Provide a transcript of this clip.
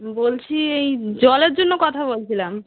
বলছি এই জলের জন্য কথা বলছিলাম